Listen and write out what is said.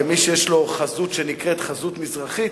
כמי שיש לו חזות שנקראת "חזות מזרחית"